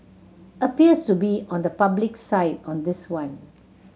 appears to be on the public's side on this one